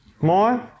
more